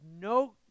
no